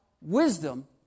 wisdom